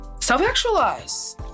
self-actualize